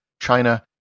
China